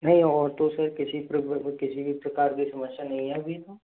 नहीं और तो सर किसी प्रकार किसी भी प्रकार की समस्या नहीं है अभी तो